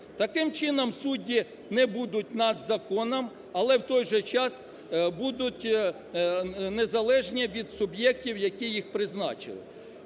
Таким чином судді не будуть над законом, але в той же час будуть незалежні від суб'єктів, які їх призначили.